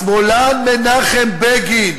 השמאלן מנחם בגין